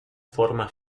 forma